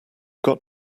got